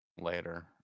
later